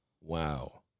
Wow